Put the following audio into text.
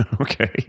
Okay